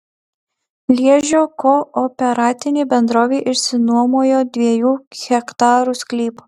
liežio kooperatinė bendrovė išsinuomojo dviejų hektarų sklypą